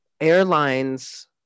Airlines